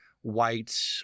white